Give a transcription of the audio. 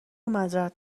معذرت